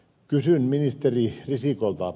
kysyn ministeri risikolta